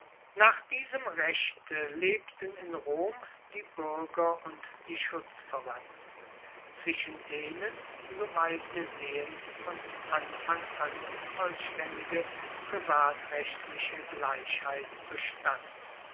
nach diesem rechte lebten in rom die buerger und die schutzverwandten zwischen denen soweit wir sehen von anfang an vollstaendige privatrechtliche gleichheit bestand